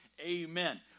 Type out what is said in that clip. amen